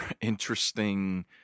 interesting